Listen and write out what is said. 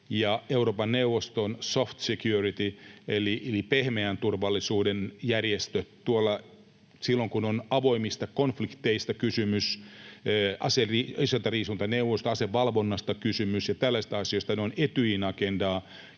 Euroopan neuvosto on ”soft security” eli pehmeän turvallisuuden järjestö. Silloin kun on kysymys avoimista konflikteista, aseistariisuntaneuvoista, asevalvonnasta ja tällaisista asioista, ne ovat Etyjin agendaa,